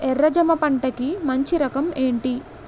ఎర్ర జమ పంట కి మంచి రకం ఏంటి?